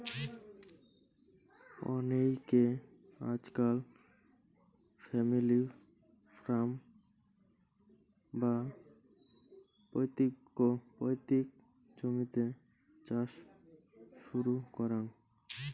অনেইকে আজকাল family farm, বা পৈতৃক জমিতে চাষ শুরু করাং